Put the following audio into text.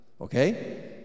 okay